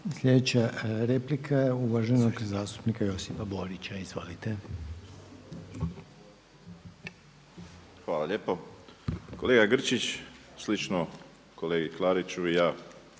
Sljedeća replika je uvaženog zastupnika Josipa Borića. Izvolite. **Borić, Josip (HDZ)** Hvala lijepo. Kolega Grčić, slično kolegi Klariću ja